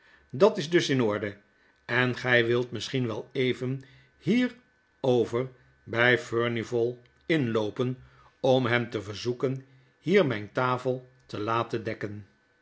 dat is dus in orde en gy wilt misschien wel even hier over by furnival inloopen om hem te verzoeken hier mijn tafel te laten deka mmmk